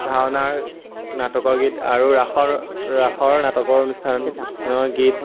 ভাওনা নাটকৰ গীত আৰু ৰাসৰ ৰাসৰ নাটকৰ অনুষ্ঠানৰ গীত